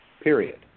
period